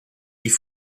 wie